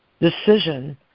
decision